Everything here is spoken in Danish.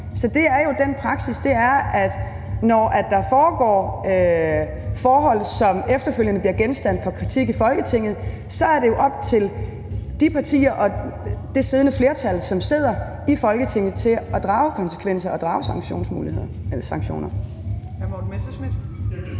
Så det er jo praksis. Når der foregår forhold, som efterfølgende bliver genstand for kritik i Folketinget, så er det jo op til de partier og det siddende flertal i Folketinget at drage konsekvenser og iværksætte sanktioner. Kl. 15:00 Fjerde næstformand (Trine Torp): Hr. Morten Messerschmidt.